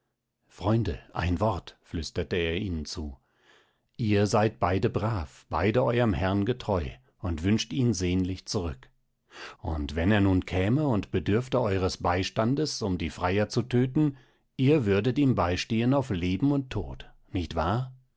freunde ein wort flüsterte er ihnen zu ihr seid beide brav beide eurem herrn getreu und wünscht ihn sehnlich zurück und wenn er nun käme und bedürfte eures beistandes um die freier zu töten ihr würdet ihm beistehen auf leben und tod nicht wahr